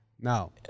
No